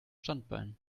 standbein